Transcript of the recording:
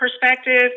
perspective